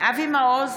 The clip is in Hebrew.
אבי מעוז,